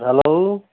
hello